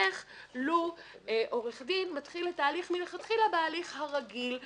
להיחסך לו עורך דין מתחיל את ההליך מלכתחילה בהליך הרגיל,